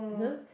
[huh]